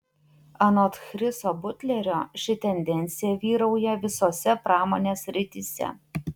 anot chriso butlerio ši tendencija vyrauja visose pramonės srityse